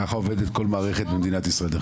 ככה עובדת כל מערכת במדינת ישראל.